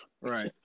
Right